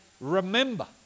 remember